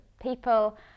People